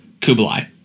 Kublai